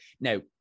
now